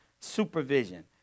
supervision